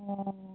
অঁ